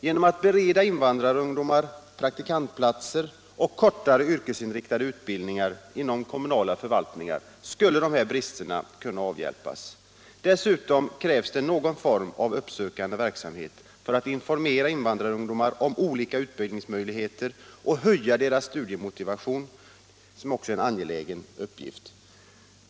Genom att bereda invandrarungdomar praktikantplatser och kortare yrkesinriktade utbildningar inom kommunala förvaltningar skulle de här bristerna kunna avhjälpas. Dessutom krävs det någon form av uppsökande verksamhet för att informera invandrarungdomar om olika utbildningsmöjligheter och för att höja deras studiemotivation, som också är en angelägen uppgift.